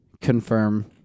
confirm